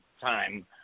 time